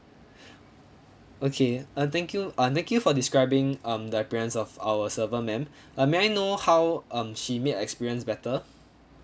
okay uh thank you uh thank you for describing um the appearance of our server ma'am uh may I know how um she made your experience better